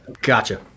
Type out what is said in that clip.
Gotcha